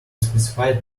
specified